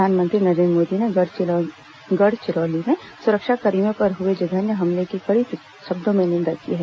प्रधानमंत्री नरेंद्र मोदी ने गढ़चिरौली में सुरक्षाकर्मियों पर हुए जघन्य हमले की कड़े शब्दों में निंदा की है